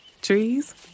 Trees